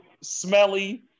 smelly